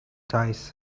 dice